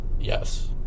Yes